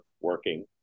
working